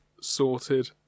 sorted